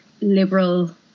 liberal